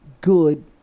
good